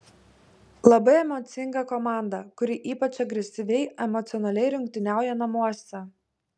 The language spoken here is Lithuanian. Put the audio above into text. labai emocinga komanda kuri ypač agresyviai emocionaliai rungtyniauja namuose